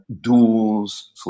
duels